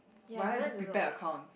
but I like to prepare accounts